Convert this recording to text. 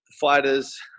fighters